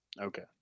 Okay